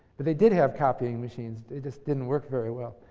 but they did have copying machines, they just didn't work very well.